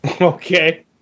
Okay